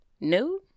new